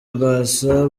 rwasa